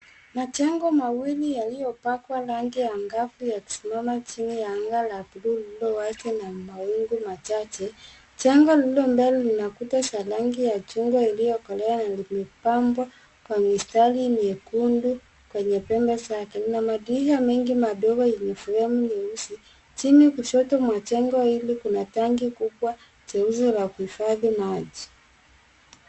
Majengo mawili yaliyopakwa rangi ya ngavu yakisimama chini ya anga la buluu lililo wazi na mawingu machache. Jengo lililo mbele lina kuta za rangi ya chungwa iliyokolea na limepambwa kwa mistari miekundu kwenye pembe zake .kuna madirisha mingi madogo yenye fremu nyeusi. Chini kushoto mwa jengo hili kuna tangi kubwa jeusi la kuhifadhi maji.